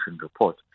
report